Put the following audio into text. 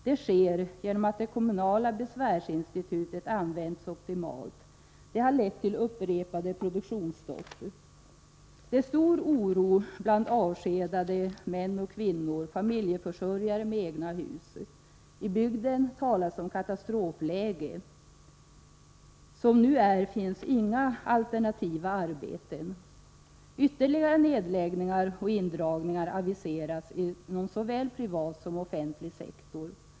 Det sker genom att det kommunala besvärsinstitutet använts optimalt. Det har lett till upprepade produktionsstopp. Det är stor oro bland de avskedade — män och kvinnor, familjeförsörjare med egna hus. I bygden talas om katastrofläge. Som det nu är finns inga alternativa arbeten. Ytterligare nedläggningar och indragningar aviseras inom såväl privat som offentlig sektor.